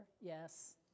yes